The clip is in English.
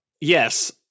Yes